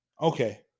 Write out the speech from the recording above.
okay